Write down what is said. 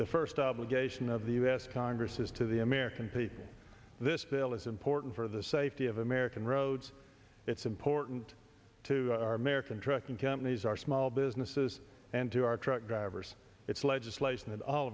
the first obligation of the u s congress is to the american people this bill is important for the safety of american roads it's important to our american trucking companies our small businesses and to our truck drivers it's legislation that all